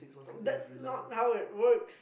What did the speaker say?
that's not how it works